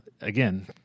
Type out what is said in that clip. again